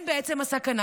הם בעצם הסכנה,